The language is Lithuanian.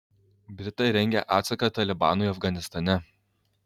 britai rengia atsaką talibanui afganistane